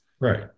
Right